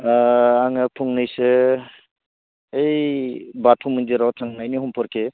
आङो फंनैसो ओइ बाथौ मन्दिराव थांनायनि हमफरके